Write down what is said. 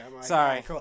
Sorry